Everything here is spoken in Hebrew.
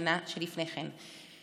בשנה שלפני כן.